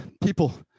People